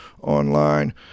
online